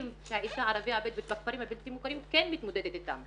שהאישה הערבית בכפרים הבלתי מוכרים כן מתמודדת איתם,